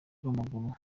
rw’amaguru